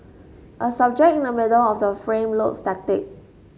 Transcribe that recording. a subject in the middle of the frame looks static